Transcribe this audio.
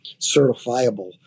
certifiable